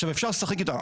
עכשיו אפשר לשחק איתה.